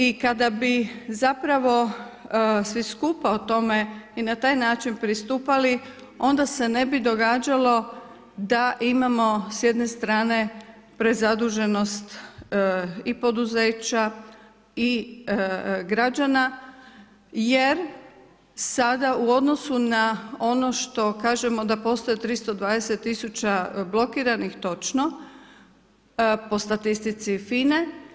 I kada bi zapravo svi skupa o tome i na taj način pristupali, onda se ne bi događalo da imamo s jedne strane prezaduženost i poduzeća i građana, jer sada u odnosu na ono što kažemo da postoje 320 tisuća blokiranih, točno, po statistici FINA-e.